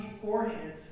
beforehand